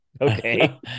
okay